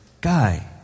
guy